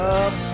up